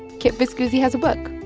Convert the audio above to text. kip viscusi has a book,